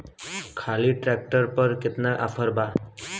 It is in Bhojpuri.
ट्राली ट्रैक्टर पर केतना ऑफर बा?